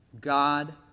God